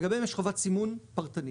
ולגביהם יש חובת סימון פרטנית,